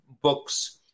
books